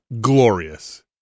glorious